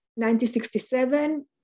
1967